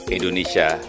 Indonesia